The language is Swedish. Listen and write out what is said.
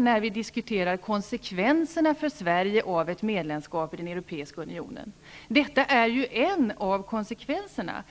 när vi diskuterar konsekvenserna för Sverige av ett medlemskap i den europeiska unionen. Detta är ju en av konsekvenserna.